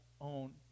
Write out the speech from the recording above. own